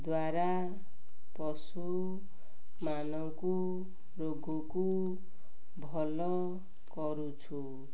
ଦ୍ୱାରା ପଶୁମାନଙ୍କୁ ରୋଗକୁ ଭଲ କରୁଛୁ